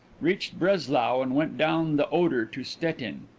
reached breslau and went down the oder to stettin.